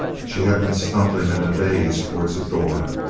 she had been stumbling in a daze towards the door.